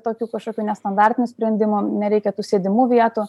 tokių kažkokių nestandartinių sprendimų nereikia tų sėdimų vietų